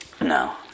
No